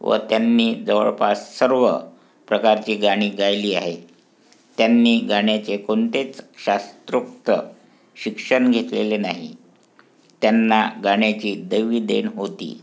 व त्यांनी जवळपास सर्व प्रकारची गाणी गायली आहेत त्यांनी गाण्याचे कोणतेच शास्त्रोक्त शिक्षण घेतलेले नाही त्यांना गाण्याची दैवी देण होती